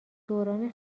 دوران